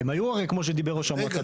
הם היו הרי כמו שדיבר ראש המועצה,